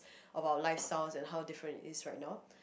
about lifestyle and how different it is right now